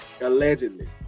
Allegedly